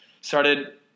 started